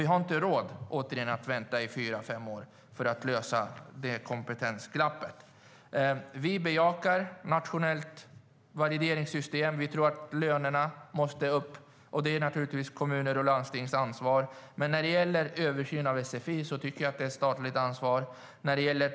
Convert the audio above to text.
Vi har inte råd att vänta i fyra fem år för att lösa det kompetensglappet. Vi bejakar ett nationellt valideringssystem. Vi anser att lönerna måste höjas. Det är naturligtvis kommunernas och landstingens ansvar, men översynen av sfi tycker jag är ett statligt ansvar.